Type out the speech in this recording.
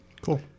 Cool